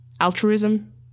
Altruism